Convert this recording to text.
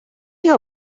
your